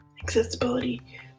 accessibility